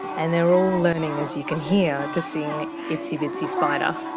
and they're all learning, as you can hear, to sing itsy bitsy spider.